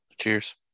Cheers